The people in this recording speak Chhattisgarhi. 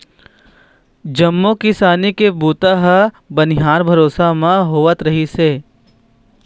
जम्मो किसानी के बूता ह बनिहार भरोसा म होवत रिहिस हे